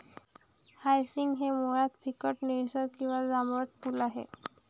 hyacinth हे मुळात फिकट निळसर किंवा जांभळट फूल आहे